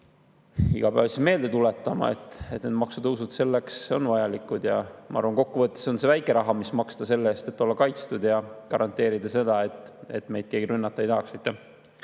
iga päev meelde tuletama, et need maksutõusud on selleks vajalikud. Ma arvan, et kokkuvõttes on see väike raha, mida maksta selle eest, et olla kaitstud ja garanteerida seda, et meid keegi rünnata ei tahaks.